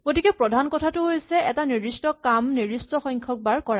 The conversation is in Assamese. গতিকে প্ৰধান কথাটো হৈছে এটা নিৰ্দিষ্ট কাম নিৰ্দিষ্ট সংখ্যক বাৰ কৰা